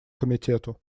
комитету